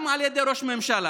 גם על ידי ראש ממשלה,